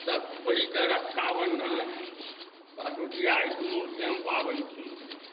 तऽ ओहिके रक्षाबन्धन भरदुतिआ ई दूनु सेम पाबनि छी